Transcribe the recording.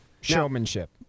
Showmanship